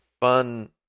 fun